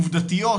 עובדתיות,